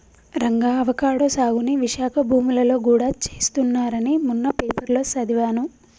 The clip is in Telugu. రంగా అవకాడో సాగుని విశాఖ భూములలో గూడా చేస్తున్నారని మొన్న పేపర్లో సదివాను